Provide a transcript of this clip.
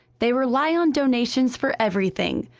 they rely on donations for everything,